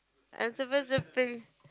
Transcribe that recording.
I'm supposed to pick